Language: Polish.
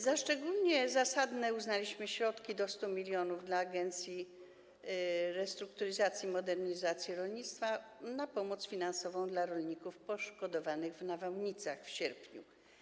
Za szczególnie zasadne uznaliśmy przekazanie środków do 100 mln dla Agencji Restrukturyzacji i Modernizacji Rolnictwa na pomoc finansową dla rolników poszkodowanych w nawałnicach w sierpniu.